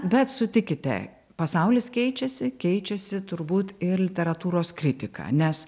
bet sutikite pasaulis keičiasi keičiasi turbūt ir literatūros kritika nes